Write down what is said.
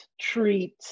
treat